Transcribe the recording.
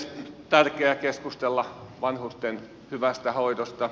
on tärkeää keskustella vanhusten hyvästä hoidosta